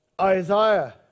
Isaiah